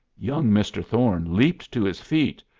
young mr. thorne leaped to his feet.